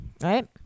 right